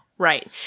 Right